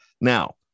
Now